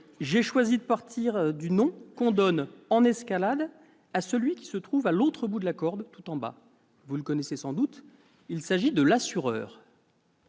j'ai choisi de partir du nom qu'on donne en escalade à celui qui se trouve à l'autre bout de la corde, tout en bas : il s'agit de l'assureur.